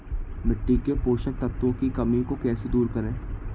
मिट्टी के पोषक तत्वों की कमी को कैसे दूर करें?